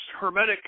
hermetic